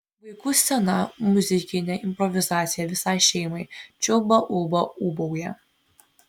vaikų scena muzikinė improvizacija visai šeimai čiulba ulba ūbauja